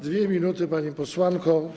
2 minuty, pani posłanko.